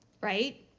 right